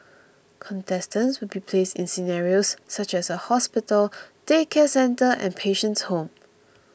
contestants will be placed in scenarios such as a hospital daycare centre and patient's home